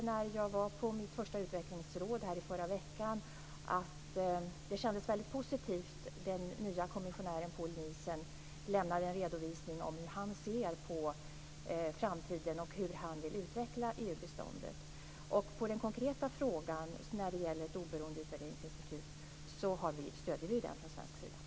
När jag var på mitt första utvecklingsråd i förra veckan tyckte jag att det kändes väldigt positivt med den nye kommissionären Poul Nielson som lämnade en redovisning för hur han ser på framtiden och hur han vill utveckla EU-biståndet. På den konkreta frågan om ett oberoende utvärderingsinstitut är svaret att vi stöder detta från svensk sida.